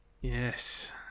Yes